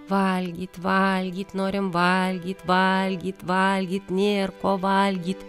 valgyt valgyt norim valgyt valgyt valgyt nėr ko valgyt